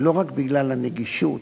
לא רק בגלל הנגישות,